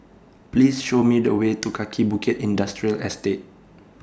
Please Show Me The Way to Kaki Bukit Industrial Estate